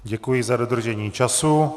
Děkuji za dodržení času.